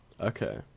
Okay